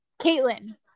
Caitlin